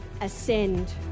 ascend